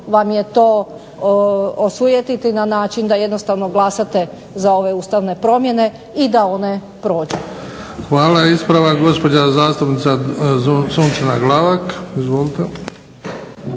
vam je to osujetiti na način da jednostavno glasate za ove ustavne promjene i da one prođu. **Bebić, Luka (HDZ)** Hvala. Ispravak, gospođa zastupnica Sunčana Glavak. Izvolite.